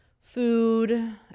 Food